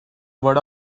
what